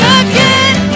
again